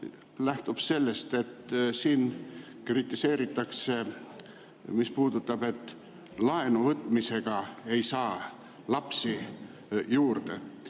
lähtub sellest, et siin kritiseeritakse, et laenu võtmisega ei saa lapsi juurde.